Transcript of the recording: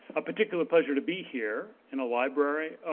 a particular pleasure to be here in a library